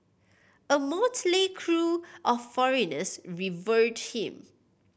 a motley crew of foreigners revered him